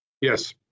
Yes